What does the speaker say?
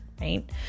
right